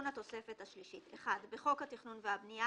התוספת השלישית 1. בחוק התכנון והבנייה,